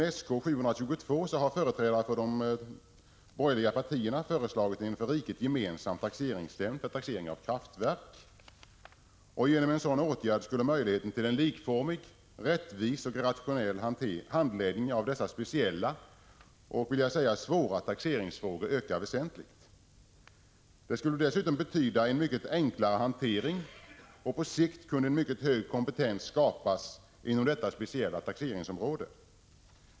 I motion Sk722 har företrädare för de borgerliga partierna föreslagit att taxeringen av kraftverk skall ske i en för riket gemensam taxeringsnämnd. Genom en sådan åtgärd skulle möjligheten till likformig, rättvis och rationell handläggning av dessa speciella och svåra taxeringsfrågor öka väsentligt. Det skulle dessutom betyda en mycket enklare hantering, och på sikt kunde en mycket hög kompetens skapas inom detta speciella taxeringsområde.